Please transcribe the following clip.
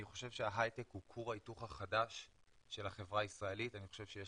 אני חושב שההייטק הוא כור ההיתוך החדש של החברה הישראלית ואני חושב שיש